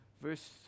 verse